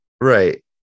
Right